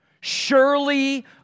Surely